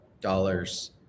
dollars